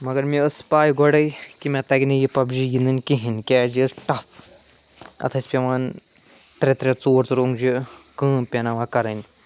مگر مےٚ ٲسۍ پےَ گۄڈٕے کہِ مےٚ تَگہِ نہٕ یہِ پَب جی گِنٛدٕنۍ کِہیٖنٛۍ کیٛازِ یہِ ٲسۍ ٹَف اَتھ ٲسۍ پٮ۪وان ترٛےٚ ترٛےٚ ژور ژور اونٛگجہٕ کٲم پیناوان کَرٕنۍ